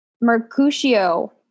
mercutio